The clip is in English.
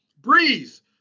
Breeze